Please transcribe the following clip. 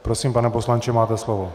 Prosím, pane poslanče, máte slovo.